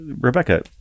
Rebecca